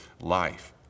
life